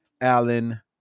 Allen